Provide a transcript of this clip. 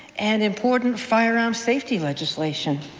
and important firearm safety legislation.